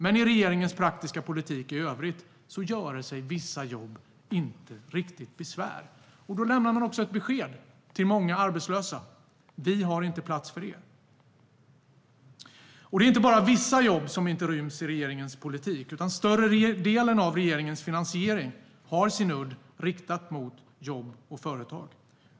Men i regeringens praktiska politik i övrigt göre sig vissa jobb inte riktigt besvär. Då lämnar man också ett besked till många arbetslösa: Vi har inte plats för er. Det är inte bara vissa jobb som inte ryms i regeringens politik, utan större delen av regeringens finansiering har sin udd riktad mot jobb och företag.